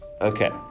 Okay